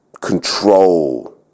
control